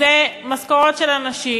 זה משכורות של אנשים,